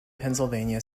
pennsylvania